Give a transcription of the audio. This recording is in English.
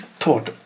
thought